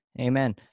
Amen